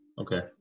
okay